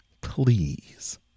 please